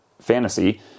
fantasy